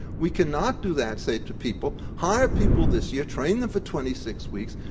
we cannot do that, say, to people hire people this year, train them for twenty six weeks,